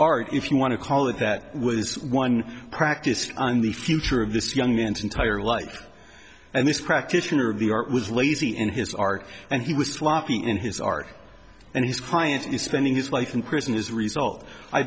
art if you want to call it that was one practiced in the future of this young man's entire life and this practitioner of the art was lazy in his art and he was sloppy in his art and his client is spending his wife in prison is a result i